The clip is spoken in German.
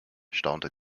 staunte